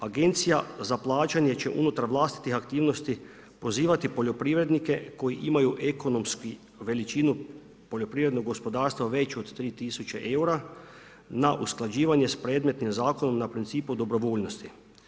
Agencija za plaćanje će unutar vlastitih aktivnosti pozivati poljoprivrednike koji imaju ekonomsku veličinu poljoprivrednog gospodarstva veću od 3000 eura na usklađivanje sa predmetnim zakonom na principu dobrovoljnosti.